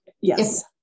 Yes